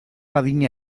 adina